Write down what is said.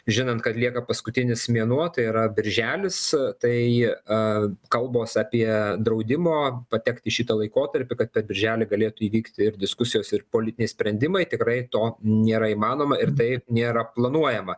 žinant kad lieka paskutinis mėnuo tai yra birželis tai kalbos apie draudimo patekti į šitą laikotarpį kad per birželį galėtų įvykti ir diskusijos ir politiniai sprendimai tikrai to nėra įmanoma ir tai nėra planuojama